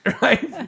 right